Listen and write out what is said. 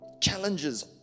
Challenges